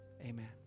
amen